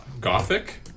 Gothic